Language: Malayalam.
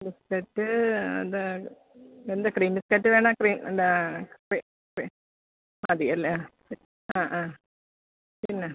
ബിസ്കറ്റ് അത് എന്ത് ക്രീം ബിസ്കറ്റ് വേണോ ക്രീം എന്താണ് വെ വെ മതി അല്ലേ ആ ആ ആ പിന്നെ